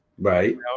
Right